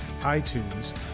iTunes